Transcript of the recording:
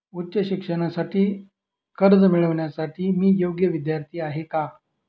उच्च शिक्षणासाठी कर्ज मिळविण्यासाठी मी योग्य विद्यार्थी आहे का?